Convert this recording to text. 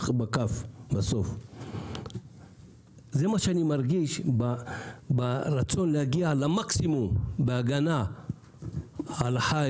זה מה שאני מרגיש ברצון להגיע למקסימום בהגנה על החי